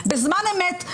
בזמן אמת,